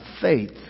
faith